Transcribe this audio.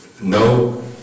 no